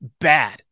bad